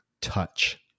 touch